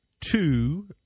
two